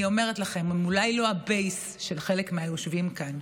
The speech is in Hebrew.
הם אולי לא הבייס של חלק מהיושבים כאן,